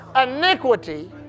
iniquity